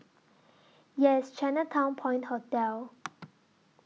Yes Chinatown Point Hotel